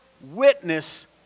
witness